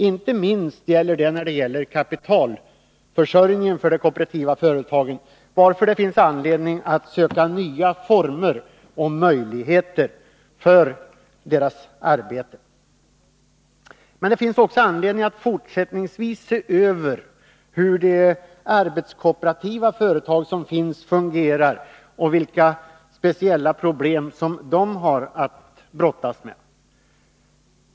Inte minst gäller det kapitalförsörjningen för de kooperativa företagen, varför det finns anledning att söka nya former och möjligheter för deras arbete. Men det finns också anledning att fortsättningsvis se över hur de arbetskooperativa företag som finns fungerar och vilka speciella problem de har att brottas med.